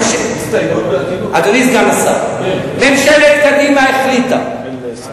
אדוני סגן השר, ממשלת קדימה החליטה, תתחיל לסכם.